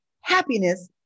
happiness